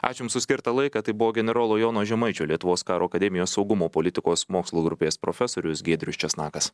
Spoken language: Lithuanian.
ačiū jums už skirtą laiką tai buvo generolo jono žemaičio lietuvos karo akademijos saugumo politikos mokslų grupės profesorius giedrius česnakas